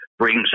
brings